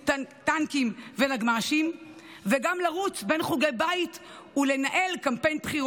טנקים ונגמ"שים וגם לרוץ בין חוגי בית ולנהל קמפיין בחירות.